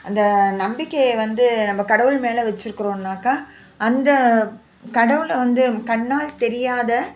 அந்த நம்பிக்கையை வந்து நம்மா கடவுள் மேலே வச்சுருக்குறோன்னாக்கா அந்த கடவுளை வந்து கண்ணால் தெரியாத